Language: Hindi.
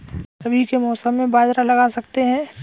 रवि के मौसम में बाजरा लगा सकते हैं?